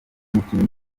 mukinyi